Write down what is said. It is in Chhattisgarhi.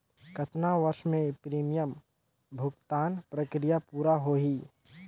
कतना वर्ष मे प्रीमियम भुगतान प्रक्रिया पूरा होही?